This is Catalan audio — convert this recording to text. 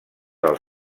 del